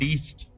East